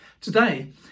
Today